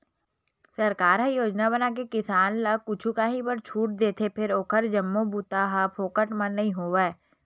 सरकार ह योजना बनाके किसान ल कुछु काही बर छूट देथे फेर ओखर जम्मो बूता ह फोकट म नइ होवय